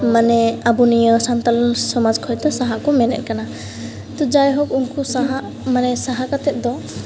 ᱢᱟᱱᱮ ᱟᱵᱚ ᱱᱤᱭᱟᱹ ᱥᱟᱱᱛᱟᱲ ᱥᱚᱢᱟᱡᱽ ᱠᱷᱚᱡᱫᱚ ᱥᱟᱦᱟᱜ ᱠᱚ ᱢᱮᱱᱮᱫ ᱠᱟᱱᱟ ᱛᱚ ᱡᱟᱭᱦᱳᱠ ᱩᱱᱠᱚ ᱥᱟᱦᱟᱜ ᱢᱟᱱᱮ ᱥᱟᱦᱟ ᱠᱟᱛᱮ ᱫᱚ